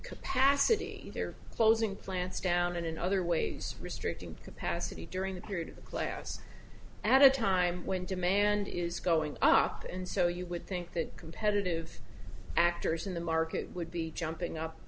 capacity they're closing plants down and in other ways restricting capacity during the period of a class at a time when demand is going up and so you would think that competitive actors in the market would be jumping up